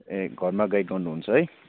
ए घरमा गाइड गर्नुहुन्छ है